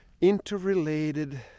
interrelated